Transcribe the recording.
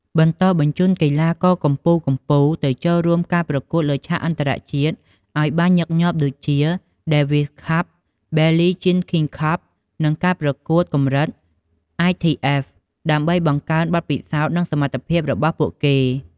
បន្តបញ្ជូនកីឡាករកំពូលៗទៅចូលរួមការប្រកួតលើឆាកអន្តរជាតិឱ្យបានញឹកញាប់ដូចជា Davis Cup , Billie Jean King Cup និងការប្រកួតកម្រិត ITF ដើម្បីបង្កើនបទពិសោធន៍ និងសមត្ថភាពរបស់ពួកគេ។